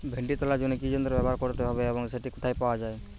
ভিন্ডি তোলার জন্য কি যন্ত্র ব্যবহার করতে হবে এবং সেটি কোথায় পাওয়া যায়?